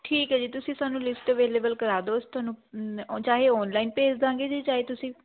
ਠੀਕ ਹੈ ਜੀ ਤੁਸੀਂ ਸਾਨੂੰ ਲਿਸਟ ਅਵੇਲੇਵਲ ਕਰਵਾਦੋ ਅਸੀਂ ਤੁਹਾਨੂੰ ਚਾਹੇ ਔਨਲਾਈਨ ਭੇਜ਼ ਦੇਵਾਂਗੇ ਜੀ ਚਾਹੇ ਤੁਸੀਂ